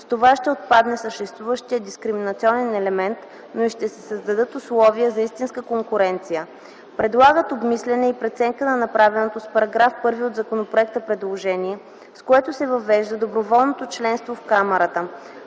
С това ще отпадне съществуващият дискриминационен елемент, но и ще се създадат условия за истинска конкуренция. Предлагат обмисляне и преценка на направеното с § 1 от законопроекта предложение, с което се въвежда доброволното членство в камарата.